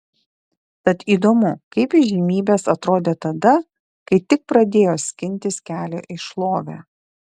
tad įdomu kaip įžymybės atrodė tada kai tik pradėjo skintis kelią į šlovę